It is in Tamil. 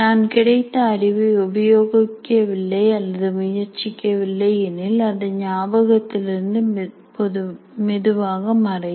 நான் கிடைத்த அறிவை உபயோகிக்கவில்லை அல்லது முயற்சிக்கவில்லை எனில் அது ஞாபகத்தில் இருந்து மெதுவாக மறையும்